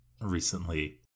recently